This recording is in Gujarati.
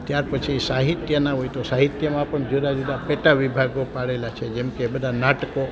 ત્યાર પછી સાહિત્યના હોય તો સાહિત્યમાં પણ જુદા જુદા પેટા વિભાગો પાડેલા છે જેમકે બધા નાટકો